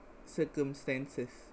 circumstances